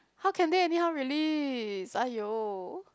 how can they anyhow release !aiyo!